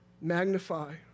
Magnify